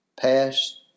past